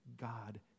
God